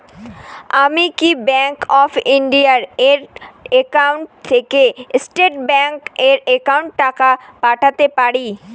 আমি কি bank of India এর একাউন্ট থেকে স্টেট ব্যাংক এর একাউন্টে টাকা পাঠাতে পারি?